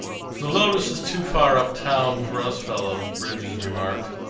the lotus is too far up town for us fellows, bridges remarked.